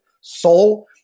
soul